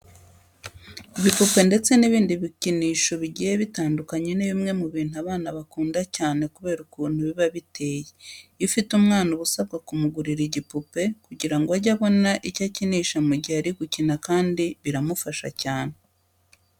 Ibipupe ndetse n'ibindi bikinisho bigiye bitandukanye ni bimwe mu bintu abana bakunda cyane kubera ukuntu biba biteye. Iyo ufite umwana uba usabwa kumugurira igipupe kugira ngo ajye abona icyo akinisha mu gihe ari gukina kandi biramufasha cyane.